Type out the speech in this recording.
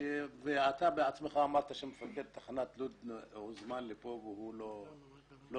ואתה בעצמך אמרת שמפקד תחנת לוד הוזמן לכאן והוא לא כאן,